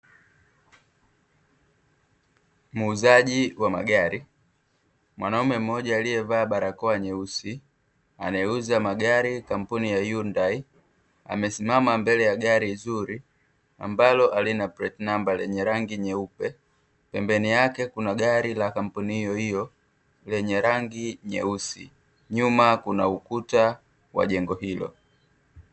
Muuzaji wa magari, mwanaume mmoja aliyevaa barakoa nyeusi anayeuza magari kampuni ya "YUNDAI", amesimama mbele ya gari nzuri ambalo halina pleti namba lenye rangi nyeupe, pembeni yake kuna gari la kampuni hiyo hiyo lenye rangi nyeusi, nyuma kuna ukuta wa jengo hilo.